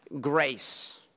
Grace